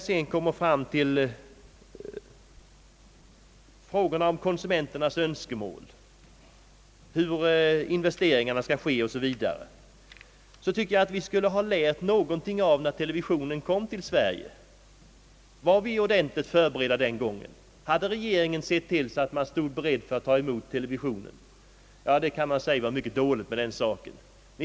Beträffande frågan om konsumenternas önskemål i detta sammanhang, hur investeringarna skall läggas upp 0. s. v. tycker jag att vi borde ha lärt något av förhållandena när televisionen ursprungligen kom till Sverige. Var vi ordentligt förberedda den gången? Hade regeringen sett till att vi stod beredda för att ta emot televisionen? Det var mycket dåligt med den saken.